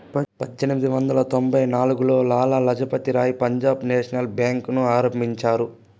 పజ్జేనిమిది వందల తొంభై నాల్గులో లాల లజపతి రాయ్ పంజాబ్ నేషనల్ బేంకుని ఆరంభించారు